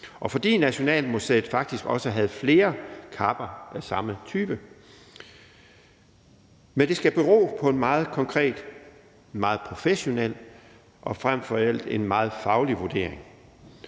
og at Nationalmuseet faktisk også havde flere kapper af samme type. Men det skal bero på en meget konkret, en meget professionel og frem for alt en meget faglig vurdering.